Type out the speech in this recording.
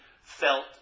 felt